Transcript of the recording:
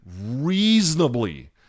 reasonably